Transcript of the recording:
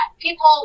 People